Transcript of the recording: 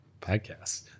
Podcast